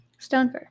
Stonefur